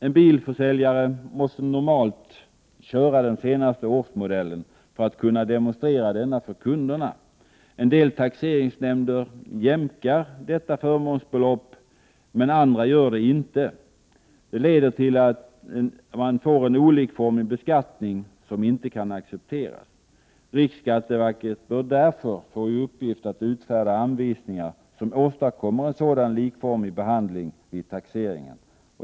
En bilförsäljare måste normalt köra den senaste årsmodellen för att kunna demonstrera denna för kunderna. En del taxeringsnämnder jämkar därför förmånsbeloppet, men andra gör det inte. Detta leder till en olikformig beskattning, som inte kan accepteras. Riksskatteverket bör därför få i uppgift att utfärda anvisningar som åstadkommer en likformig behandling vid taxeringen.